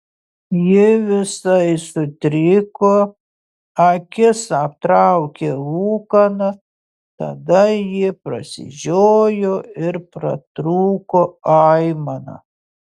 ji visai sutriko akis aptraukė ūkana tada ji prasižiojo ir pratrūko aimana